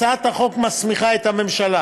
הצעת החוק מסמיכה את הממשלה